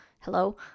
Hello